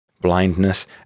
Blindness